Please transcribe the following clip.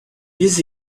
des